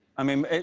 i mean,